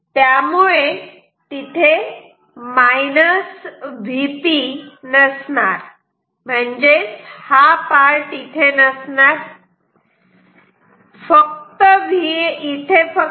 त्यामुळे तिथे Vp नसणार म्हणजेच हा पार्ट इथे नसणार आहे फक्त Vn असेल